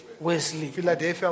Wesley